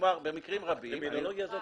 כלומר במקרים רבים --- הטרמינולוגיה הזאת